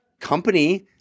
company